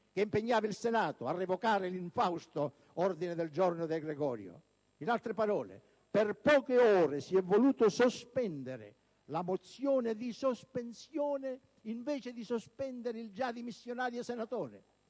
che impegnava il Senato a revocare l'infausto ordine del giorno De Gregorio. In altre parole, per poche ore si è voluto sospendere la mozione di sospensione, invece di sospendere il già dimissionario senatore: